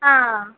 आ